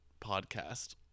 podcast